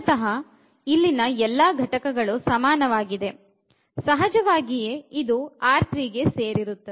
ಮೂಲತಃ ಇಲ್ಲಿನ ಎಲ್ಲಾ ಘಟಕಗಳು ಸಮಾನವಾಗಿದೆ ಸಹಜವಾಗಿಯೇ ಇದು R3 ಗೆ ಸೇರಿರುತ್ತದೆ